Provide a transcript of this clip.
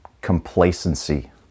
complacency